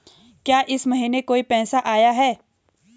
क्या इस महीने कोई पैसा आया है?